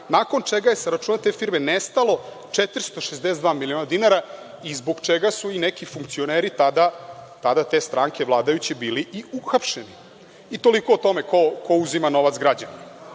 nakon čega je sa računa te firme nestalo 462 miliona dinara, zbog čega su i neki funkcioneri tada te stranke vladajuće bili i uhapšeni. Toliko o tome ko uzima novac